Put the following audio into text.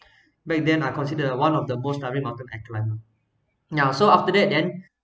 back then I consider one of the most tiring mountain I climbed now so after that then